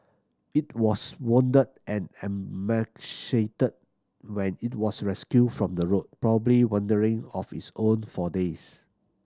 it was wounded and emaciated when it was rescued from the road probably wandering of its own for days